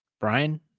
Brian